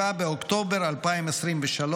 7 באוקטובר 2023,